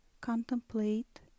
Contemplate